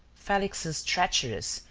felix's treacherous,